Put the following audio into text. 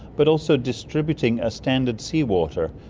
but also distributing a standard seawater,